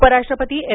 उपराष्ट्रपती एम